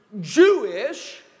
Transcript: Jewish